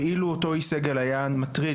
ואילו אותו איש סגל היה מטריד,